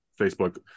Facebook